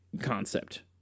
concept